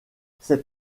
cette